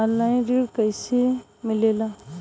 Online ऋण कैसे मिले ला?